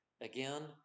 again